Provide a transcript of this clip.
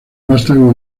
vástago